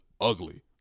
ugly